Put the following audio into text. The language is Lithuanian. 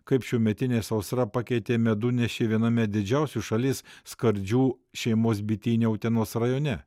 kaip šiųmetinė sausra pakeitė medunešį viename didžiausių šalies skardžių šeimos bityne utenos rajone